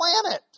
planet